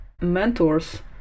mentors